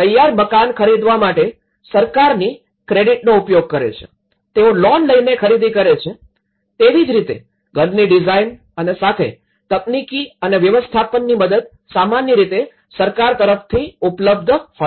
તૈયાર મકાન ખરીદવા માટે સરકારની ક્રેડિટનો ઉપયોગ કરે છે તેઓ લોન લઈને ખરીદી કરે છે તેવી જ રીતે ઘરની ડિઝાઇન અને સાથે તકનીકી અને વ્યવસ્થાપનની મદદ સામાન્ય રીતે સરકાર તરફથી ઉપલબ્ધ હોય છે